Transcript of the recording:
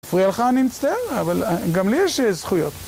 מפריע לך אני מצטער, אבל גם לי יש זכויות